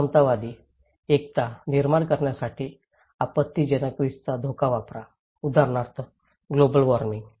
समतावादी एकता निर्माण करण्यासाठी आपत्तिजनक रिस्कचा धोका वापरा उदाहरणार्थ ग्लोबल वार्मिंग